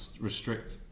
restrict